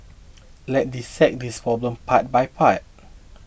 let's dissect this problem part by part